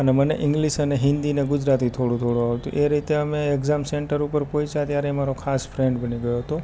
અને મને ઇંગ્લિશ અને હિન્દીને ગુજરાતી થોડું થોડું આવડતું એ રીતે અમે એક્ઝામ સેન્ટર ઉપર પહોંચ્યા ત્યારે એ મારો ખાસ ફ્રેન્ડ બની ગયો હતો